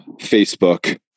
Facebook